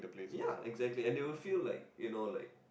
ya exactly and they will feel like you know like